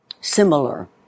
similar